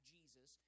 Jesus